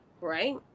right